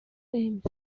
names